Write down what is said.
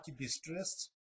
distressed